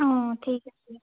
অঁ অঁ ঠিক আছে